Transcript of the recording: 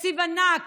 תקציב ענק,